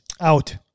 Out